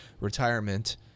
retirement